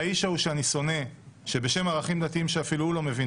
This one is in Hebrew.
והאיש ההוא שאני שונא שבשם ערכים דתיים שאפילו הוא לא מבין,